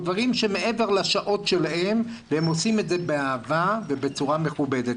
דברים שהם מעבר לשעות העבודה שלהם והם עושים את זה באהבה ובצורה מכובדת.